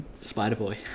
Spider-Boy